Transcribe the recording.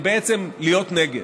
היא בעצם להיות נגד,